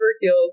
heels